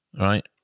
Right